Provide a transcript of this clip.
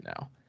now